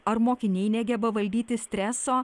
ar mokiniai negeba valdyti streso